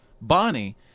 Bonnie